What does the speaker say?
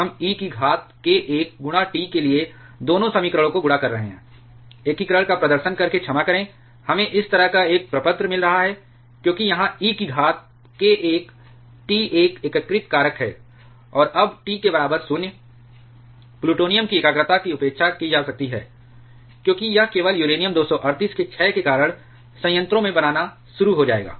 हम e की घात k 1 T के लिए दोनों समीकरणों को गुणा कर रहे हैं एकीकरण का प्रदर्शन करके क्षमा करें हमें इस तरह का एक प्रपत्र मिल रहा है क्योंकि यहां e की घात k 1 T एक एकीकृत कारक है और अब T के बराबर 0 प्लूटोनियम की एकाग्रता की उपेक्षा की जा सकती है क्योंकि यह केवल यूरेनियम 238 के क्षय के कारण संयंत्रों में बनना शुरू हो जाएगा